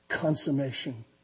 consummation